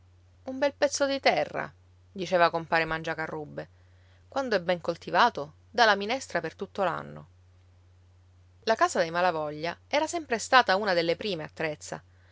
un bel pezzo di terra diceva compare mangiacarrubbe quando è ben coltivato dà la minestra per tutto l'anno la casa dei malavoglia era sempre stata una delle prime a trezza